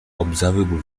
observable